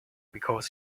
because